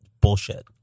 Bullshit